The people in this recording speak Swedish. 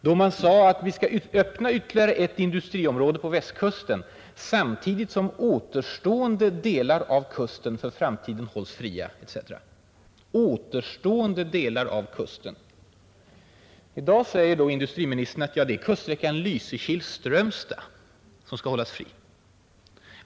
Då sade man att vi skall öppna ytterligare ett industriområde på Västkusten ”samtidigt som återstående delar av kusten för framtiden hålls fria” etc., alltså ”återstående delar” av kusten. I dag säger då industriministern: Ja, det är ”kuststräckan Lysekil— Strömstad” som skall hållas fri.